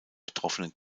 betroffenen